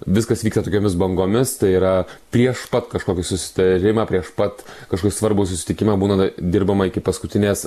viskas vyksta tokiomis bangomis tai yra prieš pat kažkokį susitarimą prieš pat kažkokį svarbų susitikimą būna dirbama iki paskutinės